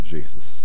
Jesus